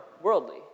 worldly